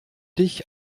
dich